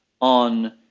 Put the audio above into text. on